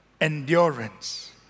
endurance